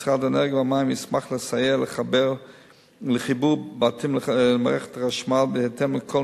משרד האנרגיה והמים ישמח לסייע לחיבור בתים למערכת החשמל בהתאם לכל